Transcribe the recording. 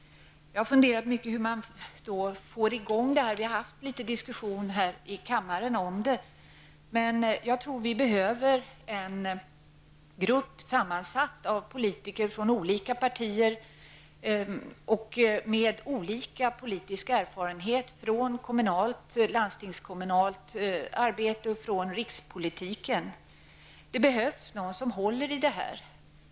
Jag har funderat mycket på hur man får i gång detta. Vi har haft litet diskussioner i kammaren om det. Jag tror att vi behöver en grupp sammansatt av politiker från olika partier och med olika politisk erfarenhet från kommunalt och landstingskommunalt arbete samt från rikspolitiken. Det behövs någon som håller i detta.